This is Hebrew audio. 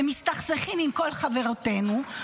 ומסתכסכים עם כל חברותינו,